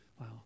Wow